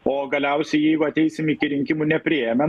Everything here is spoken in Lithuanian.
o galiausiai jeigu ateisim iki rinkimų nepriėmę